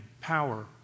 power